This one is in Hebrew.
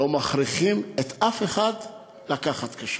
לא מכריחים אף אחד לקחת כשרות.